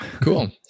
cool